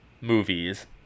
movies